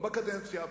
לא בקדנציה הבאה.